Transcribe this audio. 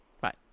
Bye